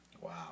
Wow